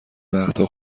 وقتها